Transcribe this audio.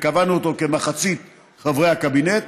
וקבענו אותו למחצית חברי הקבינט.